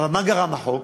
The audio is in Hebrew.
אבל מה גרם החוק?